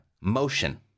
motion